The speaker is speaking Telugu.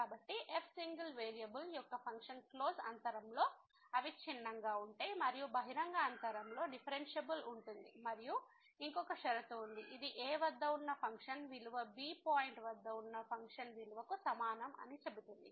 కాబట్టి f సింగిల్ వేరియబుల్ యొక్క ఫంక్షన్ క్లోజ్డ్ అంతరంలోa b అవిచ్ఛిన్నంగా ఉంటే మరియు బహిరంగ అంతరంలోa b డిఫరెన్షియబుల్ ఉంటుంది మరియు ఇంకొక షరతు ఉంది ఇది a వద్ద ఉన్న ఫంక్షన్ విలువ b పాయింట్ వద్ద ఉన్న ఫంక్షన్ విలువకు సమానం అని చెబుతుంది